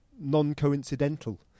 non-coincidental